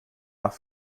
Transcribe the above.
nach